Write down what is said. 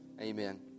Amen